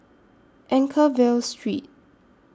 Anchorvale Street